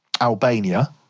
Albania